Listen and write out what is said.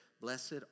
blessed